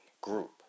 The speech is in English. group